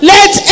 Let